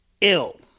ill